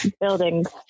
buildings